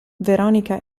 veronica